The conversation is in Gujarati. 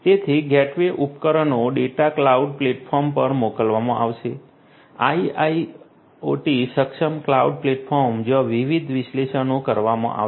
તેથી ગેટવે ઉપકરણો ડેટા ક્લાઉડ પ્લેટફોર્મ પર મોકલવામાં આવશે IOT સક્ષમ ક્લાઉડ પ્લેટફોર્મ જ્યાં વિવિધ વિશ્લેષણો કરવામાં આવશે